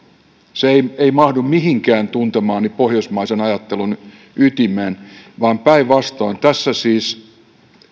se ei mahdu mihinkään tuntemaani pohjoismaisen ajattelun ytimeen päinvastoin tässä siis